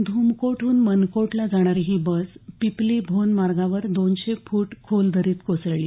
धूमकोटहून मनकोटला जाणारी ही बस पिपली भोन मार्गावर दोनशे फूट खोल दरीत कोसळली